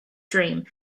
dream